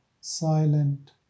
silent